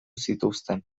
zituzten